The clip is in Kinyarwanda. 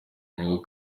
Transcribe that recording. inyungu